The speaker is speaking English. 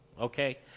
okay